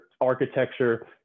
architecture